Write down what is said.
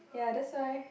ya that's why